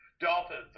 Dolphins